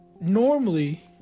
normally